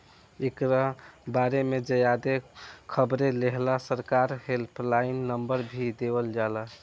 एकरा बारे में ज्यादे खबर लेहेला सरकार हेल्पलाइन नंबर भी देवल जाला